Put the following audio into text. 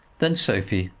then sophie,